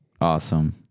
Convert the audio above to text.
Awesome